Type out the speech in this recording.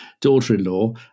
daughter-in-law